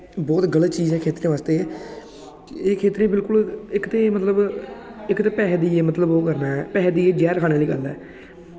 बहुत गलत चीज़ ऐ खेत्तरें आस्तै एह् खेत्तरें ई बिल्कुल इक्क ते पैहे देइयै ओह् करना ऐ पैसे देइयै जैह्र देने आह्ली गल्ल ऐ